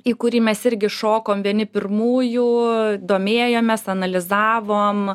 į kurį mes irgi šokom vieni pirmųjų domėjomės analizavom